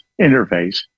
interface